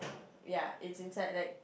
ya it's inside like